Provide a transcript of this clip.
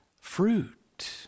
fruit